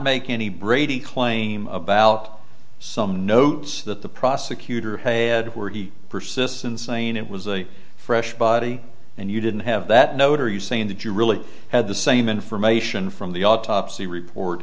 make any brady claim about some notes that the prosecutor had where he persists in saying it was a fresh body and you didn't have that note or you saying that you really had the same information from the autopsy report